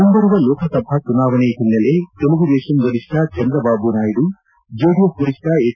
ಮುಂಬರುವ ಲೋಕಸಭಾ ಚುನಾವಣೆ ಹಿನ್ನೆಲೆ ತೆಲುಗುದೇಶಂ ವರಿಷ್ಠ ಚಂದ್ರಬಾಬು ನಾಯ್ತು ಜೆಡಿಎಸ್ ವರಿಷ್ಠ ಎಚ್